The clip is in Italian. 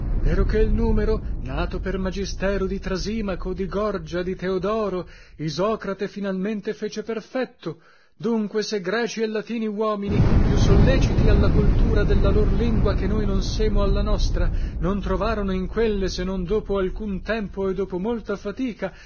lingua peroché l numero nato per magistero di trasimaco di gorgia di teodoro isocrate finalmente fece perfetto dunque se greci e latini uomini più solleciti alla coltura della lor lingua che noi non semo alla nostra non trovarono in quelle se non dopo alcun tempo e dopo molta fatica